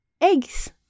eggs